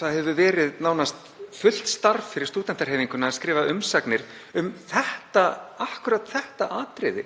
Það hefur verið nánast fullt starf fyrir stúdentahreyfinguna að skrifa umsagnir um akkúrat þetta atriði